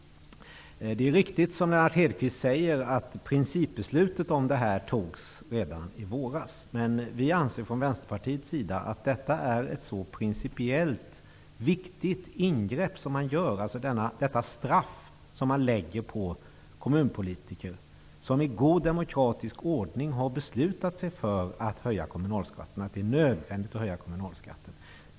Det är riktigt som Lennart Hedquist säger, att principbeslutet fattades redan i våras. Vi anser dock från Vänsterpartiets sida att detta är ett så principiellt viktigt ingrepp, detta straff man lägger på kommunpolitiker som i god demokratisk ordning har beslutat sig för att höja kommunalskatten därför att det är nödvändigt.